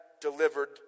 delivered